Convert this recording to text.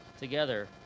together